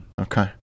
Okay